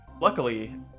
Luckily